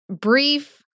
brief